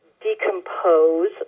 decompose